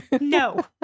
No